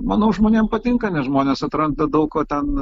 manau žmonėm patinka nes žmonės atranda daug ko ten